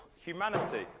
humanity